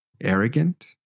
arrogant